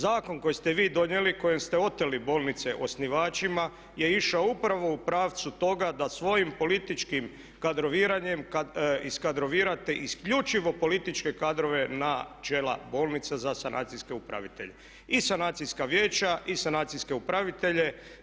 Zakon koji ste vi donijeli kojim ste oteli bolnice osnivačima je išao upravo u pravcu toga da svojim političkim kadroviranjem iskadrovirate isključivo političke kadrove na čela bolnica za sanacijske upravitelje i sanacijska vijeća i sanacijske upravitelje.